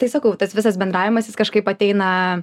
tai sakau tas visas bendravimas jis kažkaip ateina